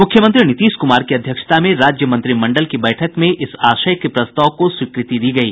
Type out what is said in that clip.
मुख्यमंत्री नीतीश कुमार की अध्यक्षता में राज्य मंत्रिडल की बैठक में इस आशय के प्रस्ताव को स्वीकृति दी गयी